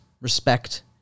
respect